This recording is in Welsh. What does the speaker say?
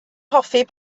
hoffi